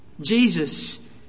Jesus